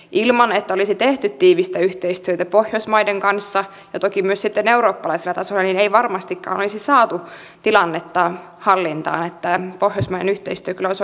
ilman että olisi tehty tiivistä yhteistyötä pohjoismaiden kanssa ja toki myös sitten eurooppalaisella tasolla ei varmastikaan olisi saatu tilannetta hallintaan niin että pohjoismainen yhteistyö kyllä osoitti siinä voimansa